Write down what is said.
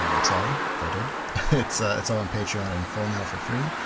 um sorry if i did. its ah its up on patreon in full now for free,